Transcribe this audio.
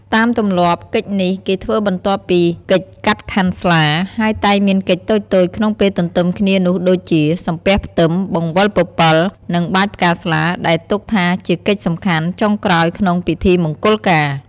តាមទម្លាប់កិច្ចនេះគេធ្វើបន្ទាប់ពីកិច្ចកាត់ខាន់ស្លា ហើយតែងមានកិច្ចតូចៗក្នុងពេលទន្ទឹមគ្នានោះដូចជា សំពះផ្ទឹម បង្វិលពពិល និងបាចផ្កាស្លា ដែលទុកថាជាកិច្ចសំខាន់ចុងក្រោយក្នុងពិធីមង្គលការ។